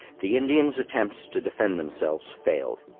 the indians' attempts to defend themselves failed.